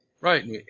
Right